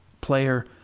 player